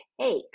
take